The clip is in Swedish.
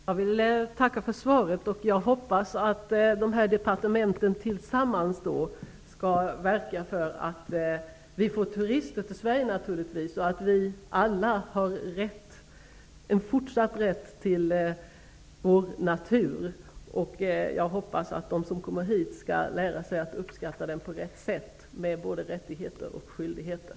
Fru talman! Jag tackar för detta svar. Jag hoppas att dessa departement tillsammans skall verka för att vi får turister till Sverige och att vi alla har en fortsatt rätt till vår natur. Jag hoppas också att de turister som kommer hit skall lära sig att uppskatta den på rätt sätt och vara medvetna både om rättigheter och om skyldigheter.